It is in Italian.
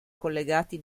collegati